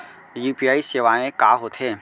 UPI सेवाएं का होथे